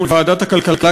לוועדת הכלכלה,